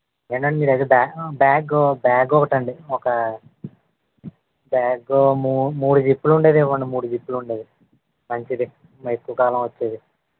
నేనండి మీ దగ్గర బ్యాగు బ్యాగు బ్యాగు ఒకటండి ఒక బ్యాగు మూ మూడు జిప్పులు ఉండేది ఇవ్వండి మూడు జిప్పులు ఉండేది మంచిది ఎక్కువ కాలం వచ్చేది